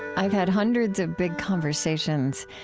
i've had hundreds of big conversations,